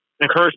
Encourage